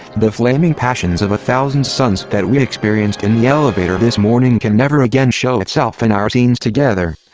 the flaming passions of a thousands suns that we experienced in the elevator this morning can never again show itself in our scenes together.